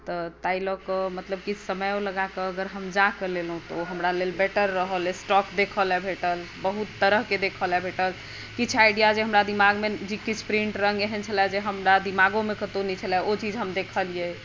तऽ ताहि लऽ कऽ मतलब की समयो लगाके अगर हम जाके लेलहुँ तऽ ओ हमरा लेल बेटर रहल स्टॉक देखऽ लऽ भेटल बहुत तरहके भेटल किछु आइडिया जे हमरा दिमागमे जे किछु प्रिंट रङ्ग एहन छल जे हमरा दिमागोमे कतहुँ नहि छल ओ चीज हम देखलियै